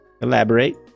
Elaborate